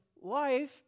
life